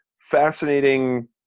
Fascinating